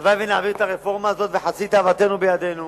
הלוואי שנעביר את הרפורמה הזאת וחצי תאוותנו בידנו